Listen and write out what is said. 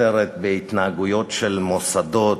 מסתתרת בהתנהגויות של מוסדות,